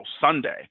Sunday